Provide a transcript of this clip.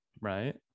right